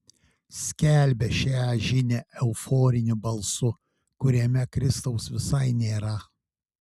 skelbia šią žinią euforiniu balsu kuriame kristaus visai nėra